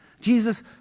Jesus